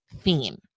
theme